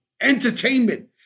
entertainment